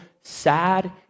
sad